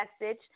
message